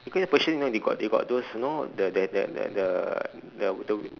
because the persian you know they got they got those you know the the the the the the the